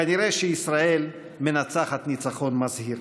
כנראה שישראל מנצחת ניצחון מזהיר.